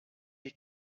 est